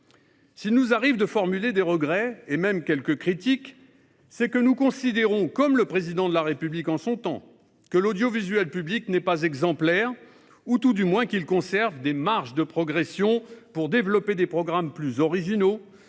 S'il nous arrive de formuler des regrets, voire quelques critiques, c'est que nous considérons, comme le Président de la République en son temps, que l'audiovisuel public n'est pas exemplaire, ou tout du moins qu'il conserve des marges de progression pour développer des programmes plus originaux,